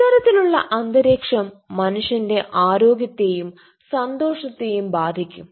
ഇത്തരത്തിലുള്ള അന്തരീക്ഷം മനുഷ്യന്റെ ആരോഗ്യത്തെയും സന്തോഷത്തെയും ബാധിക്കും